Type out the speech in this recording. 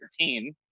13